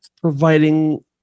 providing